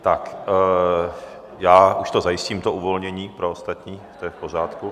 Tak já už to zajistím, to uvolnění pro ostatní, to je v pořádku.